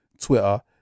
Twitter